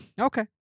Okay